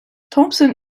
thompson